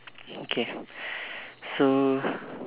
okay so